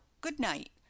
good-night